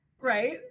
Right